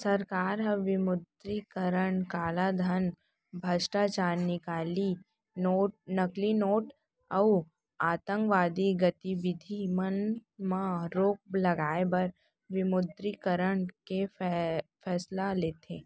सरकार ह विमुद्रीकरन कालाधन, भस्टाचार, नकली नोट अउ आंतकवादी गतिबिधि मन म रोक लगाए बर विमुद्रीकरन के फैसला लेथे